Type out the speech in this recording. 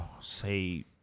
say